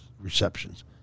receptions